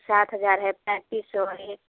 सात हज़ार है पैंतीस सौ है